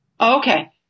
Okay